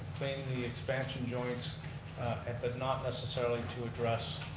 clean the expansion joints, but not necessarily to address